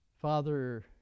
Father